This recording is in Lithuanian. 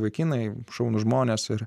vaikinai šaunūs žmonės ir